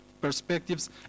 perspectives